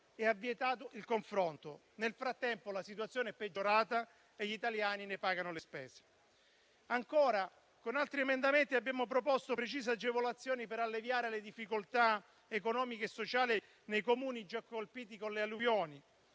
e ha vietato il confronto: nel frattempo, la situazione è peggiorata e gli italiani ne pagano le spese. Ancora, con altri emendamenti abbiamo proposto precise agevolazioni per alleviare le difficoltà economiche e sociali nei Comuni già colpiti dalle alluvioni.